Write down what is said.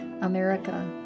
America